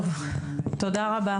טוב, תודה רבה.